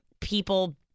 people